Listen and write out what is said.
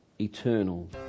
eternal